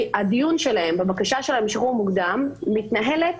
שהדיון שלהם בבקשה שלהם לשחרור מוקדם מתנהלת